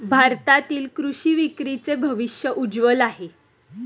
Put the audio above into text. भारतातील कृषी विक्रीचे भविष्य उज्ज्वल आहे